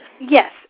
Yes